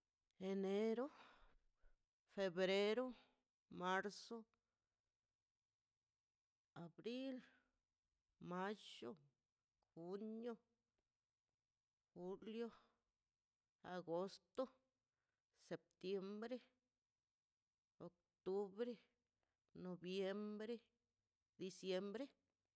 Enero febrero marzo abril mallo junio julio agosto septiembre octubre noviembre diciembre.